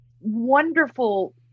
wonderful